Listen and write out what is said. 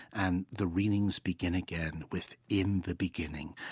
and the readings begin again with, in the beginning.